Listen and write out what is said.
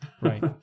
Right